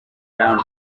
down